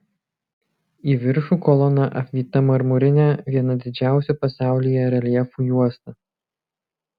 į viršų kolona apvyta marmurine viena didžiausių pasaulyje reljefų juosta